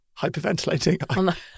hyperventilating